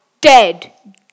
Dead